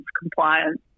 compliance